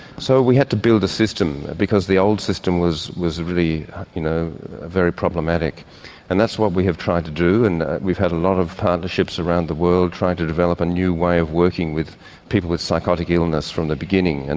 so we had to build a system, because the old system was was really you know very problematic and that's what we have tried to do and we have had a lot of partnerships around the world trying to develop a new way of working with people with psychotic illness from the beginning. and